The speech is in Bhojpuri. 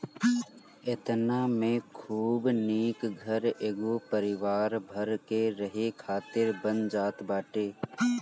एतना में खूब निक घर एगो परिवार भर के रहे खातिर बन जात बाटे